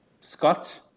Scott